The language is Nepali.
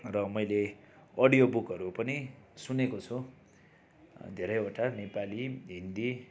र मैले अडियो बुकहरू पनि सुनेको छु धेरैवटा नेपाली हिन्दी